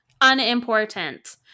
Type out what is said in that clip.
unimportant